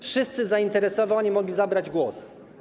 Wszyscy zainteresowani mogli zabrać głos.